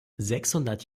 sechshundert